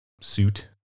suit